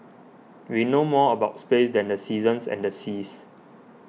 we know more about space than the seasons and the seas